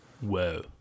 Whoa